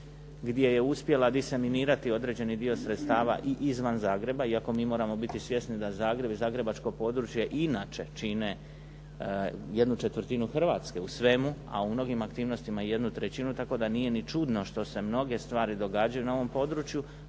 gdje je uspjela diseminirati određeni dio sredstava i izvan Zagreba iako mi moramo biti svjesni da Zagreb i zagrebačko područje inače čine jednu četvrtinu Hrvatske u svemu a u mnogim aktivnostima jednu trećinu tako da nije čudno što se mnoge stvari događaju na ovom području